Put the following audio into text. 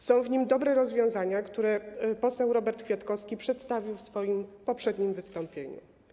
Są w nim dobre rozwiązania, które poseł Robert Kwiatkowski przedstawił w swoim poprzednim wystąpieniu.